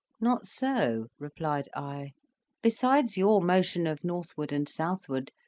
not so, replied i besides your motion of northward and southward,